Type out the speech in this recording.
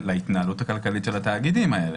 להתנהלות הכלכלית של התאגידים האלה.